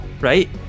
right